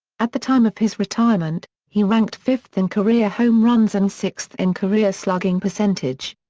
at the time of his retirement, he ranked fifth in career home runs and sixth in career slugging percentage.